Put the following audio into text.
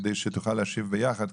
כדי שתוכל להשיב ביחד,